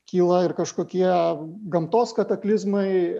kyla ir kažkokie gamtos kataklizmai